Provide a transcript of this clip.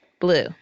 Blue